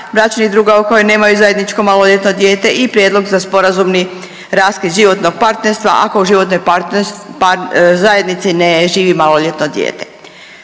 bračnih drugova u kojem nemaju zajedničko maloljetno dijete i prijedlog za sporazumni raskid životnog partnerstva ako u životnoj zajednici ne živi maloljetno dijete.